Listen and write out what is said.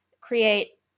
create